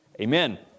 Amen